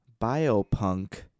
biopunk